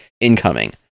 incoming